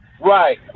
Right